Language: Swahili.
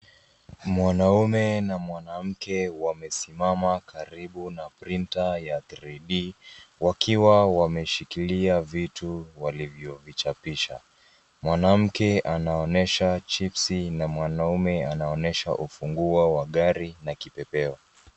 Mwanaume na mwanamke wamesimama karibu na printer ya 3D, wakiwa wameshikilia vitu walivyovichapisha. Mwanamke anaonyesha chipsi na mwanaume anaonyesha ufunguo wa gari na kipepeo.